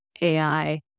AI